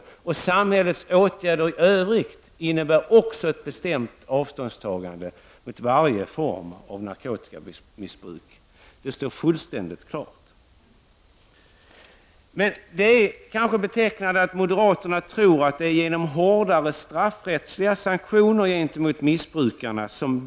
Det står också fullständigt klart att samhällets åtgärder i övrigt innebär ett avståndstagande mot varje form av narkotikamissbruk. Det är betecknande att moderaterna tror att de problem som vi står inför kan lösas genom hårdare straffrättsliga sanktioner mot missbrukarna.